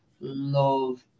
love